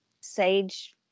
Sage